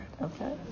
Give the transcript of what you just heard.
okay